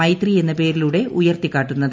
മൈത്രി എന്ന പേരിലൂടെ ഉയർത്തിക്കാട്ടുന്നത്